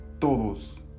todos